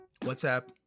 whatsapp